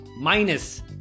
minus